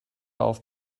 auf